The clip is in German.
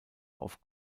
auf